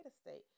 state